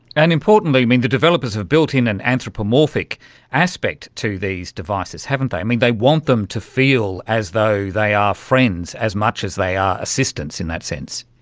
and importantly the developers have builtin an anthropomorphic aspect to these devices, haven't they. i mean, they want them to feel as though they are friends as much as they are assistants in that sense.